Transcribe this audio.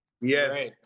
Yes